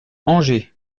anger